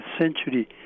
century